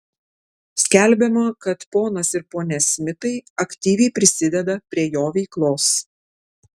skelbiama kad ponas ir ponia smitai aktyviai prisideda prie jo veiklos